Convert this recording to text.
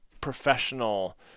professional